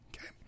Okay